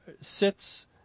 sits